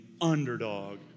underdog